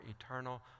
eternal